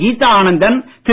Geetha Anandan Thiru